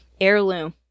heirloom